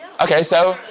okay, so,